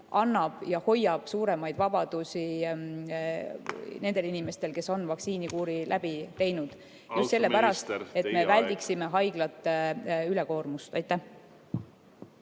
annab ja hoiab suuremaid vabadusi nendele inimestele, kes on vaktsiinikuuri läbi teinud, just selle pärast, et me väldiksime haiglate ülekoormust. Aitäh!